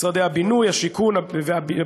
משרד הבינוי והשיכון,